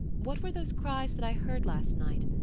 what were those cries that i heard last night?